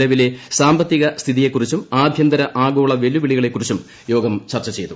നിലവിലെ സാമ്പത്തിക സ്ഥിതിയെ കുറിച്ചും ആഭ്യന്തര ആഗോള വെല്ലുവിളികളെ കുറിച്ചും യോഗം ചർച്ച ചെയ്തു